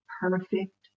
perfect